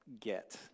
get